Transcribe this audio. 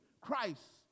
Christ